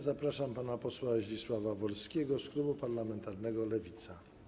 Zapraszam pana posła Zdzisława Wolskiego z klubu parlamentarnego Lewica.